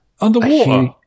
Underwater